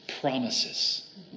promises